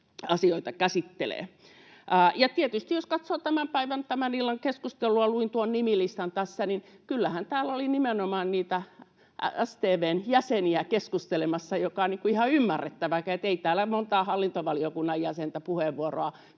asioita käsittelee. Tietysti, jos katsoo tämän päivän, tämän illan keskustelua ja kun luin tuon nimilistan tässä, niin kyllähän täällä oli nimenomaan niitä StV:n jäseniä keskustelemassa, mikä on ihan ymmärrettävää. Ei täällä moni hallintovaliokunnan jäsen puheenvuoroa